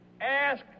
ask